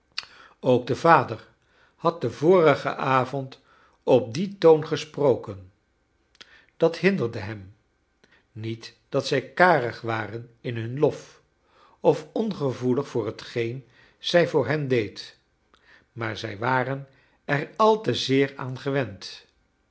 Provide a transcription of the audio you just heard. ook de vader had den vorigen avond op dien toon gesproken dat hinderde hem niet dat zij karig waren in hun lof of ongevoelig voor hetgeen zij voor hen deed maar zij waren er al te zeer aan gewend